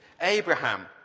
Abraham